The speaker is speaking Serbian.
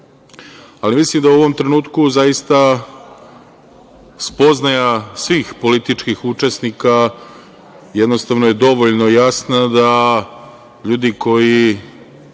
ali mislim da u ovom trenutku zaista spoznaja svih političkih učesnika jednostavno je dovoljno jasna da ljudi koji